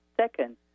second